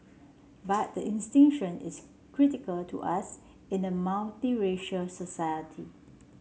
but the distinction is critical to us in a multiracial society